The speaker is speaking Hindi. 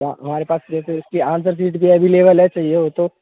हमारे पास जैसे इसकी आन्सर शीट भी अविलेबल है चहिये हो तो